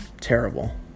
terrible